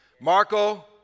Marco